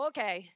Okay